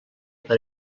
per